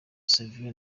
savio